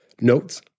Notes